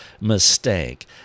mistake